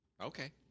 Okay